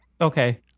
Okay